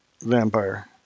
vampire